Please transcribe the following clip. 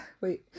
Wait